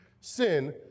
sin